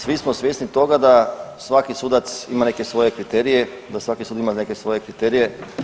Svi smo svjesni toga da svaki sudac ima neke svoje kriterije, da svaki sud ima neke svoje kriterije.